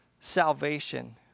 salvation